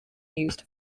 used